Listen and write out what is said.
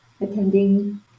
attending